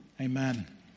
Amen